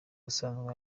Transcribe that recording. asanzwe